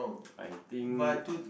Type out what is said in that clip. I think